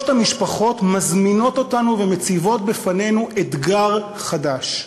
המשפחות מזמינות אותנו ומציבות בפנינו אתגר חדש,